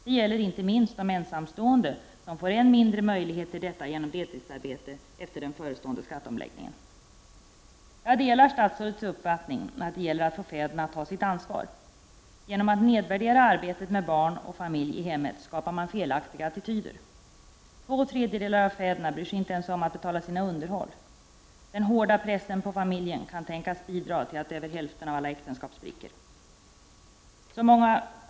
Det gäller inte minst de ensamstående, som får än mindre möjligheter till detta genom deltidsarbete efter den förestående skatteomläggningen. Jag delar statsrådets uppfattning att det gäller att få fäderna att ta sitt ansvar. Genom att nedvärdera arbetet med barn och familj i hemmet skapar man felaktiga attityder. Två tredjedelar av fäderna bryr sig inte ens om att betala sina underhåll. Den hårda pressen på familjen kan tänkas bidra till att över hälften av alla äktenskap spricker.